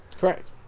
Correct